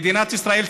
מדינת ישראל,